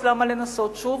אז למה לנסות שוב,